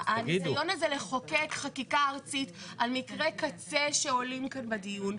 הניסיון הזה לחוקק חקיקה ארצית על מקרי קצה שעולים כאן בדיון,